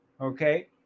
okay